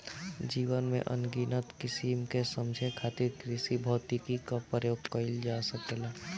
जीवन के अनगिनत किसिम के समझे खातिर कृषिभौतिकी क प्रयोग कइल जा सकेला